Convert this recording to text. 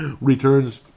returns